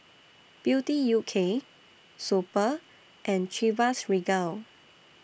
Beauty U K Super and Chivas Regal